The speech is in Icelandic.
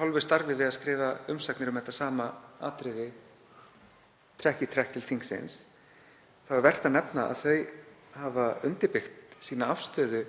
hálfu starfi við að skrifa umsagnir um þetta sama atriði trekk í trekk til þingsins er vert að nefna að þau hafa undirbyggt sína afstöðu